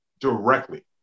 directly